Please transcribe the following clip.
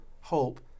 hope